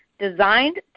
designed